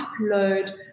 upload